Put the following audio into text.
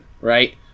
Right